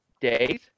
days